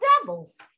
devils